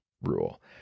rule